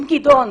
עם גדעון,